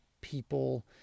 people